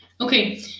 Okay